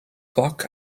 cloc